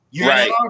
Right